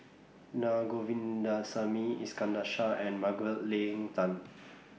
Naa Govindasamy Iskandar Shah and Margaret Leng Tan